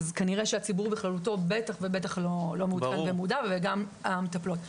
כנראה שהציבור בכללותו בטח ובטח לא מעודכן ומודע וגם המטפלות לא.